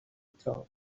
tronc